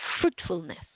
fruitfulness